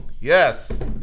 yes